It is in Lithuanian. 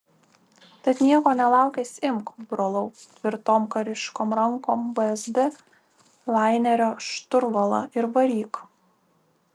tad nieko nelaukęs imk brolau tvirtom kariškom rankom vsd lainerio šturvalą ir varyk